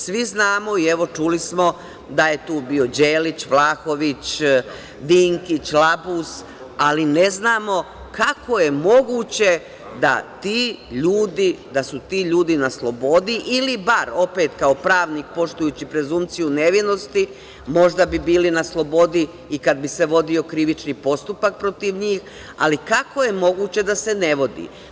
Svi znamo i evo, čuli smo da je tu bio Đelić, Vlahović, Dinkić, Labus, ali ne znamo kako je moguće da su ti ljudi na slobodi ili bar, opet kao pravnik poštujući prezenciju nevinosti, možda bi bili na slobodi i kada bi se vodio krivični postupak protiv njih, ali kako je moguće da se ne vodi?